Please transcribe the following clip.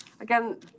again